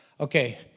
Okay